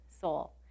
soul